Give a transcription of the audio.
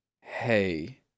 Hey